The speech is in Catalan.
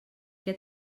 què